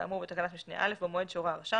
כאמור בתקנת משנה (א) במועד שהורה הרשם,